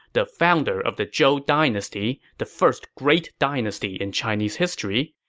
the founder of the zhou dynasty, the first great dynasty in chinese history,